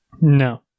no